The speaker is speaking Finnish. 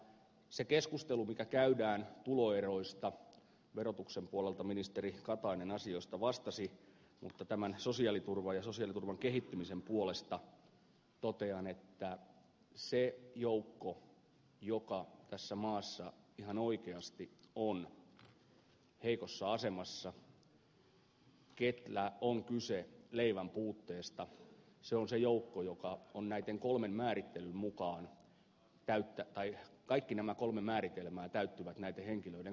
siinä keskustelussa mikä käydään tuloeroista verotuksen puolelta ministeri katainen asioista vastasi mutta sosiaaliturvan ja sosiaaliturvan kehittämisen puolesta totean että se joukko joka tässä maassa ihan oikeasti on heikossa asemassa jolla on kyse leivän puutteesta on se joukko joka on näiden kolmen määrittelyn mukaan joitten kohdalla kaikki nämä kolme määritelmää täyttyvät